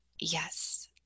Yes